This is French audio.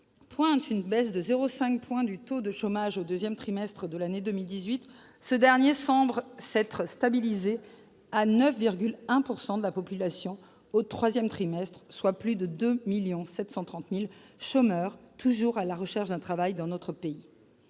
pointe une baisse de 0,5 point du taux de chômage au deuxième trimestre de l'année 2018, ce dernier semble s'être stabilisé à 9,1 % de la population active au troisième trimestre, soit plus de 2 730 000 chômeurs, toujours à la recherche d'un travail dans notre pays.